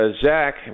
Zach